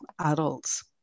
adults